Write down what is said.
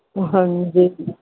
ਹਾਂਜੀ